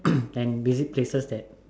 and visit places that